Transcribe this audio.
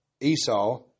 Esau